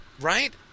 Right